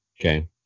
okay